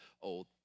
old